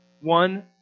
one